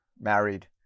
married